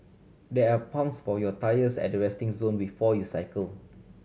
there are pumps for your tyres at the resting zone before you cycle